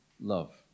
love